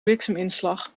blikseminslag